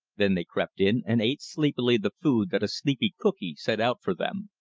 then they crept in and ate sleepily the food that a sleepy cookee set out for them.